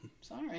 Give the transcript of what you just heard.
Sorry